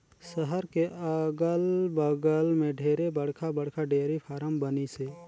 सहर के अगल बगल में ढेरे बड़खा बड़खा डेयरी फारम बनिसे